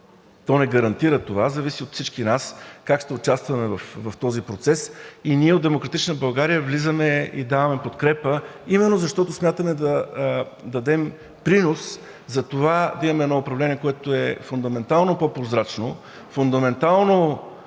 То не гарантира това. Зависи от всички нас как ще участваме в този процес. Ние от „Демократична България“ влизаме и даваме подкрепа именно защото смятаме да дадем принос за това да имаме едно управление, което е фундаментално по-прозрачно, фундаментално